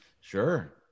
sure